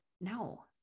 No